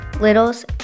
littles